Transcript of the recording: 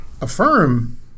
Affirm